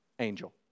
angel